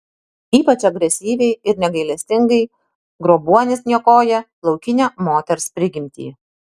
ypač agresyviai ir negailestingai grobuonis niokoja laukinę moters prigimtį